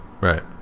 Right